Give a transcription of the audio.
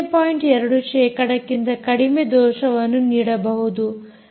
2 ಶೇಕಡಕ್ಕಿಂತ ಕಡಿಮೆ ದೋಷವನ್ನು ನೀಡಬಹುದು